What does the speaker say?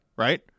Right